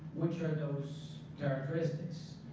which are those characteristics?